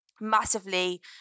massively